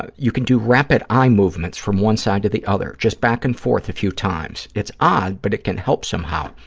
you can do rapid eye movements from one side to the other, just back and forth a few times. it's odd, but it can help somehow.